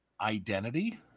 Identity